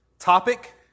Topic